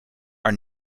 are